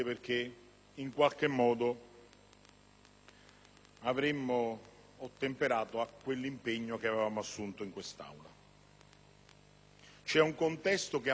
avremmo ottemperato a quell'impegno che avevamo assunto in quest'Aula. C'è un contesto che appesantisce questa vicenda